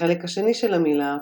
והחלק השני של המילה,